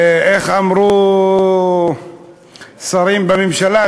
איך אמרו שרים בממשלה?